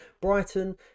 Brighton